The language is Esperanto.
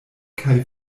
kaj